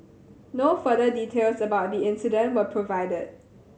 no further details about the incident were provided